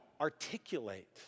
articulate